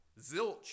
zilch